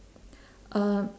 uh